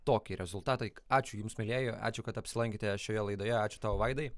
tokį rezultatą ačiū jums mielieji ačiū kad apsilankėte šioje laidoje ačiū tau vaidai